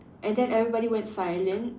and then everybody went silent